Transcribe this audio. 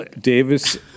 Davis